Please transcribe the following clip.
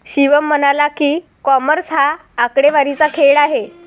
शिवम म्हणाला की, कॉमर्स हा आकडेवारीचा खेळ आहे